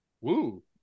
woo